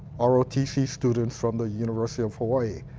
ah rotc students from the university of hawaii.